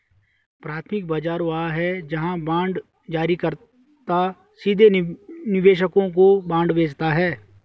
प्राथमिक बाजार वह है जहां बांड जारीकर्ता सीधे निवेशकों को बांड बेचता है